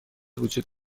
وجود